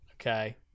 Okay